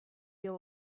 you